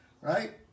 right